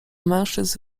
mężczyzn